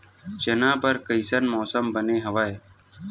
चना बर कइसन मौसम बने हवय?